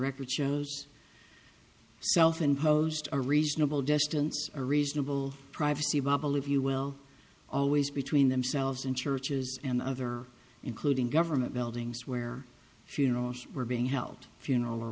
record shows self imposed a reasonable distance a reasonable privacy bubble if you will always between themselves and churches and other including government buildings where funerals were being held a funeral or